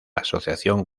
asociación